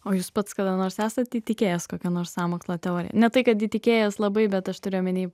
o jūs pats kada nors esat įtikėjęs kokia nors sąmokslo teorija ne tai kad įtikėjęs labai bet aš turiu omeny